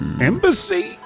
Embassy